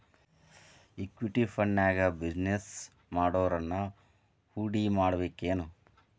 Equity ಫಂಡ್ನ್ಯಾಗ business ಮಾಡೊವ್ರನ ಹೂಡಿಮಾಡ್ಬೇಕೆನು?